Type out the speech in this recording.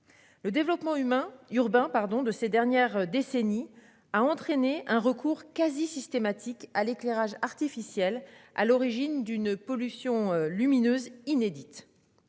Le développement humain, urbain, pardon de ces dernières décennies a entraîné un recours quasi systématique à l'éclairage artificiel. À l'origine d'une pollution lumineuse inédite.